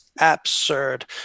absurd